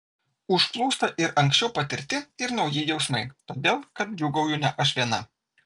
užplūsta ir anksčiau patirti ir nauji jausmai todėl kad džiūgauju ne aš viena